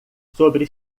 sobre